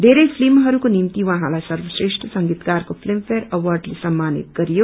बेरै फिल्महरूको निम्ति उहाँलाई सर्वश्रेष्ठ संगीतकारको फित्मफेयर अर्वाडले सम्मानित गरियो